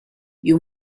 you